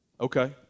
Okay